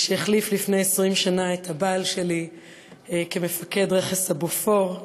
שהחליף לפני 20 שנה את הבעל שלי כמפקד רכס הבופור,